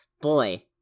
Boy